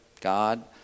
God